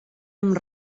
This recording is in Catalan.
amb